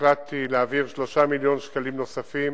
החלטתי להעביר 3 מיליוני שקלים נוספים